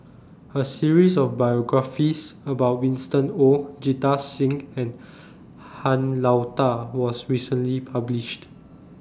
A series of biographies about Winston Oh Jita Singh and Han Lao DA was recently published